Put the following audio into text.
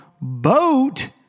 boat